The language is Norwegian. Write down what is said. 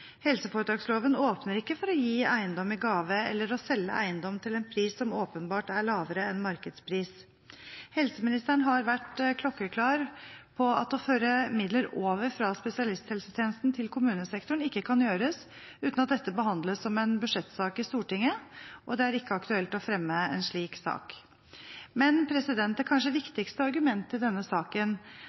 Helseforetaksloven åpner ikke for å gi eiendom i gave eller å selge eiendom til en pris som åpenbart er lavere enn markedspris. Helseministeren har vært klokkeklar på at å føre midler over fra spesialisthelsetjenesten til kommunesektoren ikke kan gjøres uten at det behandles som en budsjettsak i Stortinget, og det er ikke aktuelt å fremme en slik sak. Men det kanskje viktigste argumentet i denne saken